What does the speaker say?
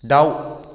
दाउ